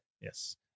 Yes